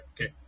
okay